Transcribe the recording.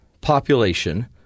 population